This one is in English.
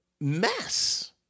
mess